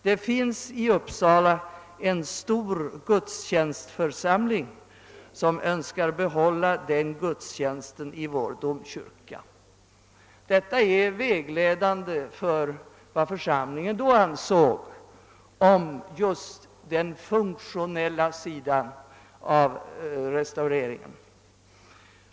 Det finns i Uppsala en stor gudstjänstförsamling som önskar behålla den gudstjänsten i vår domkyrka.» Detta är vägledande för vad församlingen då ansåg om just den funktionella sidan av restaureringen.